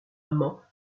amant